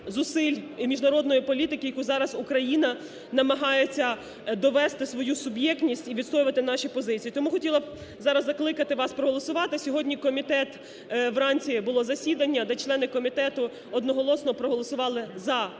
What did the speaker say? зусиль і міжнародної політики, яку зараз Україна намагається довести свою суб'єктність і відстоювати наші позиції. Тому хотіла б зараз закликати вас проголосувати. Сьогодні комітет, вранці було засідання, де члени комітету одноголосно проголосували за